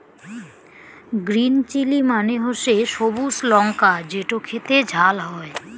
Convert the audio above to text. green chilli মানে হসে সবুজ লঙ্কা যেটো খেতে ঝাল হই